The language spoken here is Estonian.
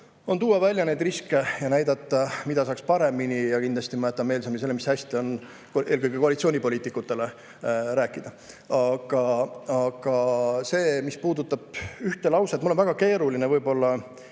on tuua välja riske ja näidata, mida saaks [teha] paremini. Kindlasti ma jätan meelsamini selle, mis hästi on, eelkõige koalitsioonipoliitikutele rääkida. Aga see, mis puudutab ühte lauset, siis mul on väga keeruline neid